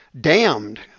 damned